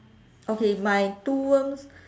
okay my two worms